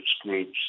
groups